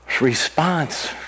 response